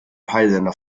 peilsender